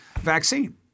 vaccine